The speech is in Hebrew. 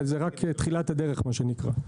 וזו רק תחילת הדרך מה שנקרא.